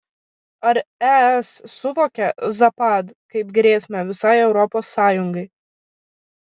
ar es suvokia zapad kaip grėsmę visai europos sąjungai